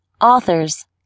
authors